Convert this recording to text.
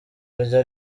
arya